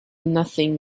nothing